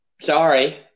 Sorry